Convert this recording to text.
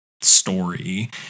story